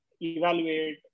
Evaluate